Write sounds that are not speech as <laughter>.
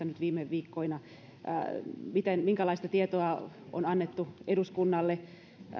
<unintelligible> nyt viime viikkoina minkälaista tietoa on annettu eduskunnalle